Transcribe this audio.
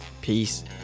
peace